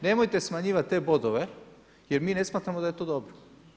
Nemojte smanjivat te bodove, jer mi ne smatramo da je to dobro.